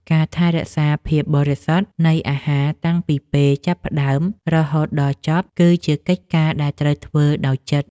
ការថែរក្សាភាពបរិសុទ្ធនៃអាហារតាំងពីពេលចាប់ផ្ដើមរហូតដល់ចប់គឺជាកិច្ចការដែលត្រូវធ្វើដោយចិត្ត។